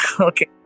okay